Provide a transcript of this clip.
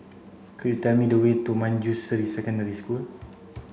could you tell me the way to Manjusri Secondary School